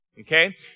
Okay